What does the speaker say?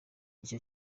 icyo